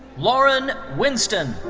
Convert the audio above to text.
lauren winston.